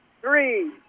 Three